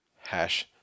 Hash